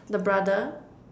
the brother